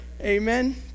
amen